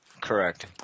Correct